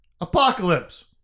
Apocalypse